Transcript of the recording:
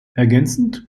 ergänzend